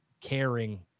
caring